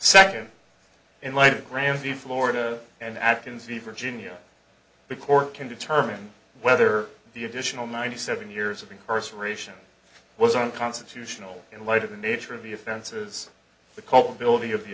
second in light of the florida and atkins v virginia record can determine whether the additional ninety seven years of incarceration was unconstitutional in light of the nature of the offenses the culpability of the